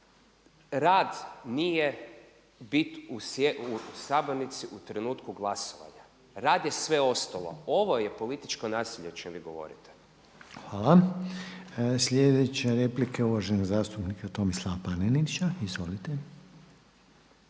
rad nije bit u sabornici u trenutku glasovanja. Rad je sve ostalo. Ovo je političko nasilje o čemu vi govorite. **Reiner, Željko (HDZ)** Hvala. Sljedeća replika je uvaženog zastupnika Tomislava Panenića, izvolite.